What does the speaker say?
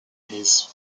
his